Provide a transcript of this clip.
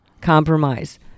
compromise